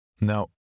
Now